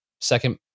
second